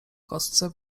kostce